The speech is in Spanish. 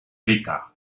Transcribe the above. rica